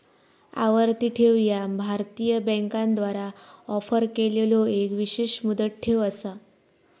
आवर्ती ठेव ह्या भारतीय बँकांद्वारा ऑफर केलेलो एक विशेष मुदत ठेव असा